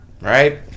Right